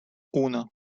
uno